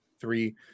three